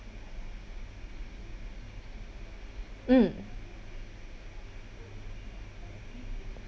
mm